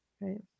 right